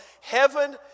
heaven